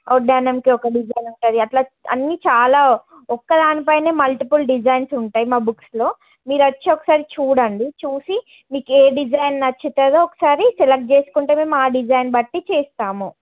వడ్డానంకి ఒక డిజైన్ ఉంటుంది అట్ల అన్నీ చాలా ఒక్కదానిపైనే మల్టిపుల్ డిజైన్స్ ఉంటాయి మా బుక్స్లో మీరు వచ్చి ఒకసారి చూడండి చూసి మీకు ఏ డిజైన్ నచ్చుతుందో ఒకసారి సెలెక్ట్ చేసుకుంటే మేము ఆ డిజైను బట్టి చేస్తాము